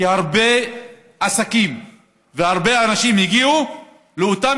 כי הרבה עסקים והרבה אנשים הגיעו לאותם